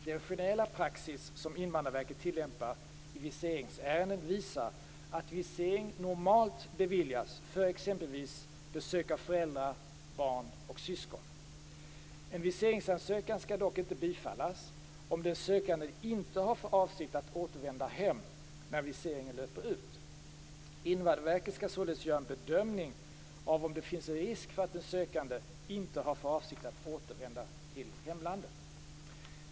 Den generella praxis som Invandrarverket tillämpar i viseringsärenden visar att visering normalt beviljas för exempelvis besök av föräldrar, barn och syskon. En viseringsansökan skall dock inte bifallas om den sökande inte har för avsikt att återvända hem när viseringen löper ut. Invandrarverket skall således göra en bedömning av om det finns en risk för att den sökande inte har för avsikt att återvända till hemlandet.